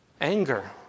Anger